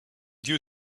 due